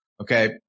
Okay